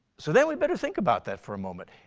so then we'd better think about that for a moment.